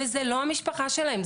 וזה לא המשפחה שלהם.